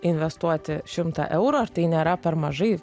investuoti šimtą eurų ar tai nėra per mažai